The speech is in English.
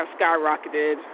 skyrocketed